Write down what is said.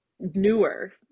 newer